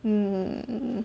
mm